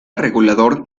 regulador